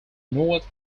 north